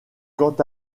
quant